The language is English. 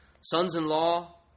Sons-in-law